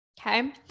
Okay